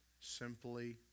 simply